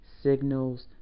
signals